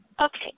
Okay